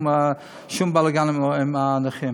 שום בלגן עם הנכים.